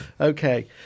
Okay